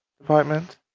department